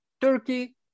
Turkey